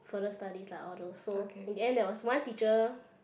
further studies lah all those so in the end there was one teacher